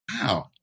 Wow